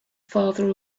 farther